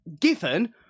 given